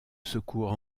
secours